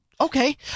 okay